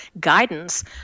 guidance